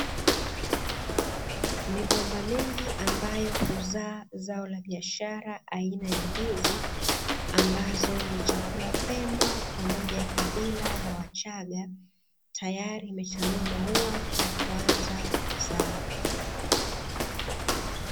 Migomba mingi ambayo huzaa zao la biashara aina ya ndizi, ambazo ni chakula pendwa kwa moja ya kabila la wachaga, tayari limechanua maua na kuanza kuzaa.